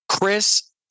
Chris